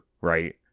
right